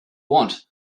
want